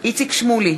איציק שמולי,